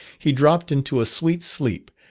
he dropped into a sweet sleep,